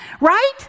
right